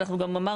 אנחנו גם אמרנו,